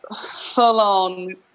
full-on